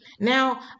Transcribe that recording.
Now